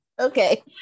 Okay